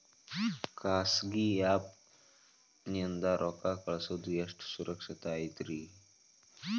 ಖಾಸಗಿ ಆ್ಯಪ್ ನಿಂದ ರೊಕ್ಕ ಕಳ್ಸೋದು ಎಷ್ಟ ಸುರಕ್ಷತಾ ಐತ್ರಿ?